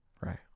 right